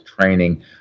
training